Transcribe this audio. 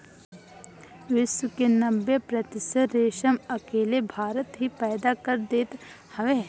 विश्व के नब्बे प्रतिशत रेशम अकेले भारत ही पैदा कर देत हवे